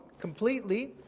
completely